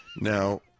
Now